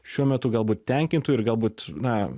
šiuo metu galbūt tenkintų ir galbūt na